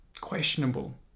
questionable